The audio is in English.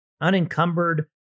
Unencumbered